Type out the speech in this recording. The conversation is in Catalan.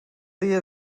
dia